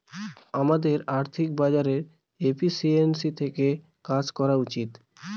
আমাদের আর্থিক বাজারে এফিসিয়েন্সি দেখে কাজ করা উচিত